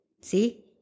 See